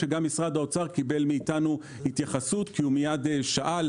גם משרד האוצר קיבל מאיתנו התייחסות כי הוא מייד שאל,